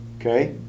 Okay